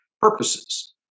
purposes